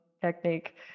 technique